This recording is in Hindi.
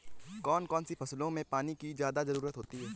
कौन कौन सी फसलों में पानी की ज्यादा ज़रुरत होती है?